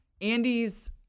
Andy's